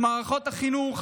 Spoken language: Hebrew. במערכות החינוך,